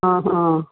ஆஹ